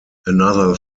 another